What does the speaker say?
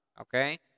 Okay